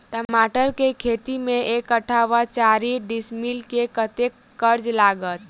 टमाटर केँ खेती मे एक कट्ठा वा चारि डीसमील मे कतेक खर्च लागत?